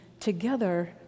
together